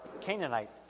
Canaanite